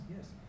yes